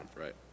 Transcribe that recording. Right